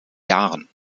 jahren